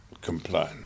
complain